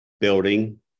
building